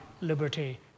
liberty